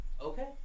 Okay